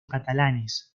catalanes